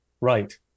right